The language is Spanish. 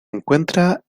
encuentra